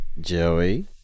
Joey